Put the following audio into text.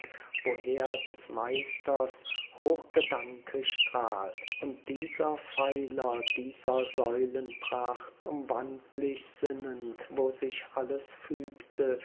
woher des meisters hochgedanke strahlt und dieser pfeiler dieser säulen pracht umwandl ich sinnend wo sich alles fügte